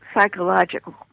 psychological